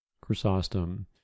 Chrysostom